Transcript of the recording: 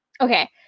Okay